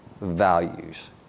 values